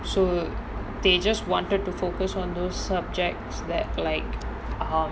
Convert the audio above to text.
so they just wanted to focus on those subjects that like um